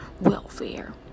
welfare